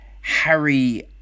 Harry